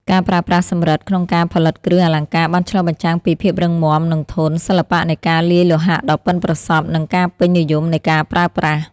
ការប្រើប្រាស់សំរឹទ្ធិក្នុងការផលិតគ្រឿងអលង្ការបានឆ្លុះបញ្ចាំងពី ភាពរឹងមាំ និងធន់ សិល្បៈនៃការលាយលោហៈដ៏ប៉ិនប្រសប់ និងភាពពេញនិយមនៃការប្រើប្រាស់។